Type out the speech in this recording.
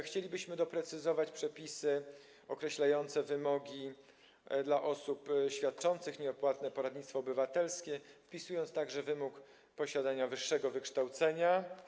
Chcielibyśmy doprecyzować przepisy określające wymogi dla osób świadczących nieodpłatne poradnictwo obywatelskie, wpisując także wymóg posiadania wyższego wykształcenia.